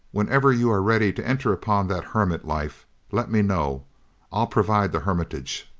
whenever you are ready to enter upon that hermit life let me know i'll provide the hermitage.